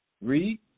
Read